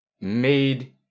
made